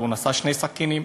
הוא נשא שני סכינים.